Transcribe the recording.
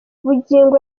bugingo